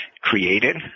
created